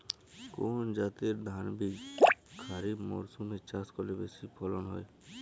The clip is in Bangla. কোন জাতের ধানবীজ খরিপ মরসুম এ চাষ করলে বেশি ফলন হয়?